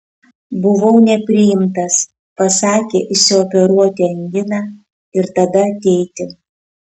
buvau nepriimtas pasakė išsioperuoti anginą ir tada ateiti